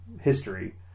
history